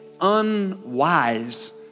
unwise